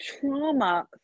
trauma